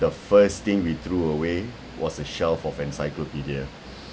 the first thing we threw away was a shelf of encyclopedia